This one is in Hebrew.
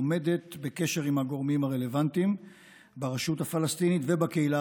עומדת בקשר עם הגורמים הרלוונטיים ברשות הפלסטינית ובקהילה